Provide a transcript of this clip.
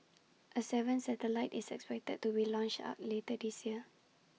A seventh satellite is expected to relaunch are later this year